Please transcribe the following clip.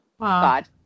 God